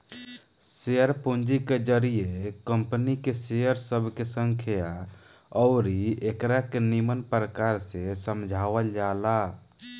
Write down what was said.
share पूंजी के जरिए कंपनी के शेयर सब के संख्या अउरी एकरा के निमन प्रकार से समझावल जाला